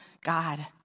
God